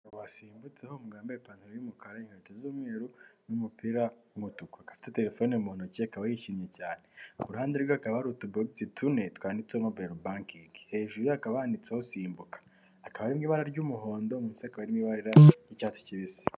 Umugabo wasimbutseho umugabo wambaye ipantaro y'umukara, inkweto z'umweru n'umupira w'umutuku, akaba afite terefone mu ntoki akaba yishimye cyane ku ruhande rwe hakaba hari utubogisi tune twanditseho mobayilo bankingi hejuru ye hakaba handitseho simbuka hakaba harimo ibara ry'umuhondo ndetse hakaba harimo ibara ry'icyatsi cyibisi.